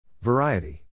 Variety